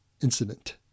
incident